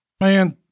Man